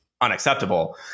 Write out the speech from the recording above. unacceptable